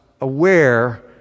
aware